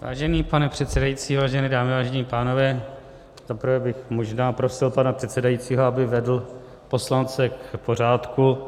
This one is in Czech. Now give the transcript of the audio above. Vážený pane předsedající, vážené dámy, vážení pánové, za prvé bych možná prosil pana předsedajícího, aby vedl poslance k pořádku.